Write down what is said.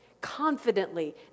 Confidently